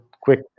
quick